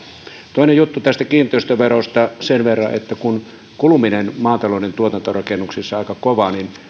toinen juttu tästä kiinteistöverosta sen verran että kun kuluminen maatalouden tuotantorakennuksissa on aika kovaa niin